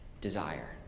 desire